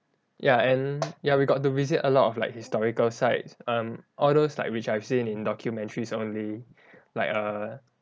ya and ya we got to visit a lot of like historical sites um all those like which I've seen in documentaries only like err